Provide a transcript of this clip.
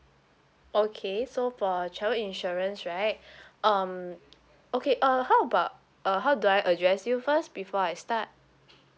okay so for travel insurance right um okay uh how about uh how do I address you first before I start